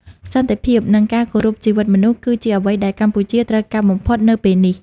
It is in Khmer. សន្តិភាព និងការគោរពជីវិតមនុស្ស គឺជាអ្វីដែលកម្ពុជាត្រូវការបំផុតនៅពេលនេះ។